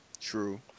True